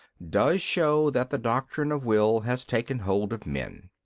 does show that the doctrine of will has taken hold of men.